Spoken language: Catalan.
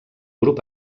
grup